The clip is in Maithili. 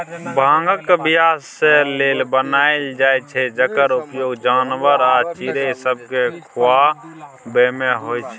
भांगक बीयासँ तेल बनाएल जाइ छै जकर उपयोग जानबर आ चिड़ैं सबकेँ खुआबैमे होइ छै